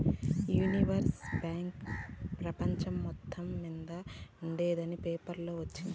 ఈ universal bank పెపంచం మొత్తం మింద ఉండేందని పేపర్లో వచిన్నాది